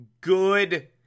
Good